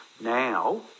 Now